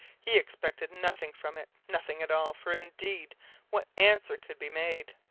he expected nothing from it. nothing at all. for indeed what answer could be made?